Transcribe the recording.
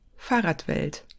Fahrradwelt